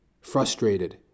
frustrated